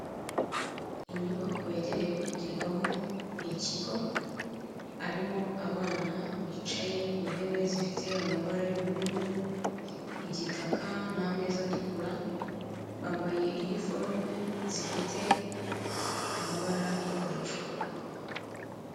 Inyubako yagenewe kwigirwamo, ni ikigo harimo abana bicaye ku ntebe zifite amabara y'ubururu, igitaka n'ameza atukura, bambaye iniforume zifite amabara y'ubururu.